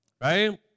right